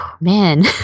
man